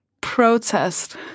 protest